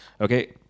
Okay